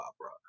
opera